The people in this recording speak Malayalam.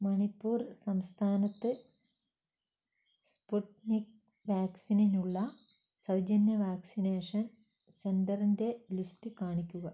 മണിപ്പൂർ സംസ്ഥാനത്ത് സ്പുട്നിക് വാക്സിനിനുള്ള സൗജന്യ വാക്സിനേഷൻ സെൻറ്ററിൻ്റെ ലിസ്റ്റ് കാണിക്കുക